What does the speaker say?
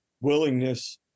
willingness